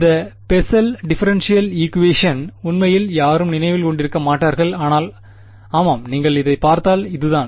இந்த Bessel differential ஈக்குவேஷனை உண்மையில் யாரும் நினைவில் கொண்டிருக்க மாட்டார்கள் ஆனால் ஆமாம் நீங்கள் இதைப் பார்த்தால் இதுதான்